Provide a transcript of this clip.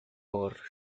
por